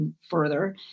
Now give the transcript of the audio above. further